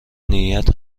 نیت